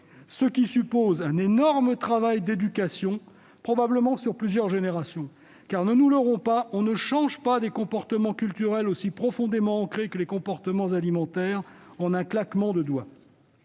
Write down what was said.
Cela suppose un énorme travail d'éducation, probablement sur plusieurs générations. En effet, ne nous leurrons pas : on ne change pas des comportements culturels aussi profondément ancrés que les comportements alimentaires en un claquement de doigts.